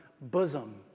bosom